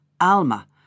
Alma